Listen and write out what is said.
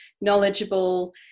knowledgeable